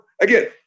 again